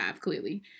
Clearly